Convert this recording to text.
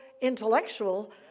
intellectual